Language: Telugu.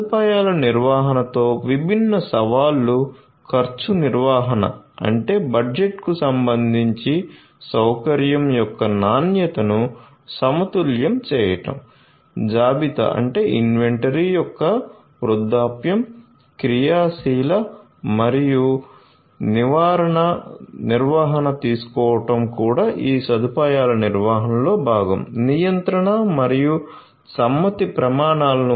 సదుపాయాల నిర్వహణతో విభిన్న సవాళ్లు ఖర్చు నిర్వహణ అంటే బడ్జెట్కు సంబంధించి సౌకర్యం యొక్క నాణ్యతను సమతుల్యం చేయడం జాబితా ఒక సవాలు